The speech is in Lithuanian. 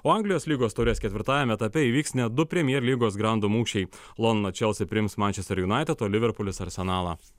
o anglijos lygos taurės ketvirtajame etape įvyks net du premier lygos grandų mūšiai londono chelsea priims manchester united o liverpulis arsenalą